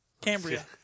Cambria